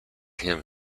him